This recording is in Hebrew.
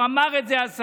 השר אמר את זה.